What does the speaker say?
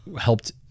helped